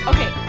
Okay